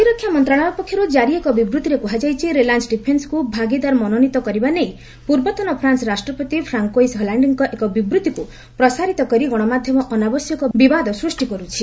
ପ୍ରତିରକ୍ଷା ମନ୍ତ୍ରଣାଳୟ ପକ୍ଷର୍ କାରି ଏକ ବିବୃତ୍ତିରେ କୁହାଯାଇଛି ରିଲାୟନ୍ସ ଡିଫେନ୍ସକ୍ ଭାଗିଦାର ମନୋନୀତ କରିବା ନେଇ ପୂର୍ବତନ ଫ୍ରାନ୍ସ ରାଷ୍ଟ୍ରପତି ଫ୍ରାନ୍କୋଇସ୍ ହଲାଶ୍ଡେଙ୍କ ଏକ ବିବୃତ୍ତିକୁ ପ୍ରସାରିତ କରି ଗଣମାଧ୍ୟମ ଅନାବଶ୍ୟକ ବିବାଦ ସୃଷ୍ଟି କର୍ଥିଛି